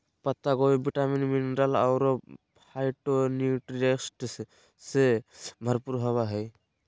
पत्ता गोभी vitamin, mineral अरो फाइटोन्यूट्रिएंट्स से भरपूर होबा हइ